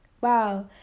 wow